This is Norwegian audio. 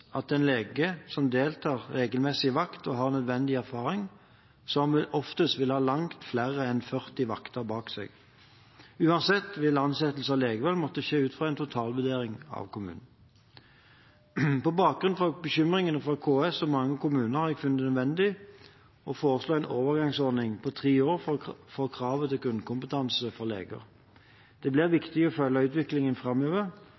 at en lege som deltar regelmessig i vakt og har den nødvendige erfaring, som oftest vil ha langt flere enn 40 vakter bak seg. Uansett vil ansettelse av leger måtte skje ut fra en totalvurdering av kommunen. På bakerunn av bekymringene fra KS og mange kommuner har jeg funnet det nødvendig å foreslå en overgangsordning på tre år for kravet til grunnkompetanse for leger. Det blir viktig å følge utviklingen framover,